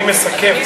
אני מסכם.